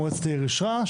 מועצת העיר אישרה,